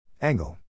Angle